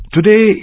Today